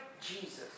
Jesus